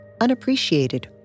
unappreciated